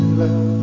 love